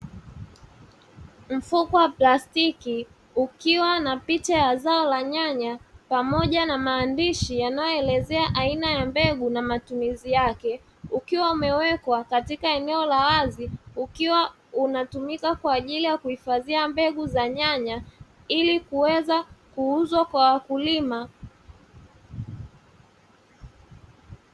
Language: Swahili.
Mfuko wa plastiki ukiwa na picha ya zao la nyanya, pamoja na maandishi yanayoelezea aina ya mbegu na matumizi yake, ukiwa umewekwa katika eneo la wazi, ukiwa unatumika kwa ajili ya kuhifadhia mbegu za nyanya, ili kuweza kuuzwa kwa wakulima.